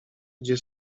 gdzie